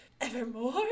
Evermore